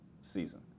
season